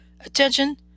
attention